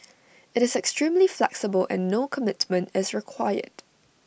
IT is extremely flexible and no commitment is required